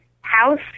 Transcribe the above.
House